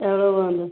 ଚାଉଳ ବନ୍ଦ